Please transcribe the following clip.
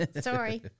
Sorry